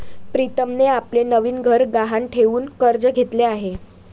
प्रीतमने आपले नवीन घर गहाण ठेवून कर्ज घेतले आहे